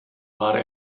war